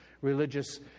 Religious